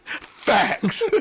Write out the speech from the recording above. Facts